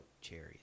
cherries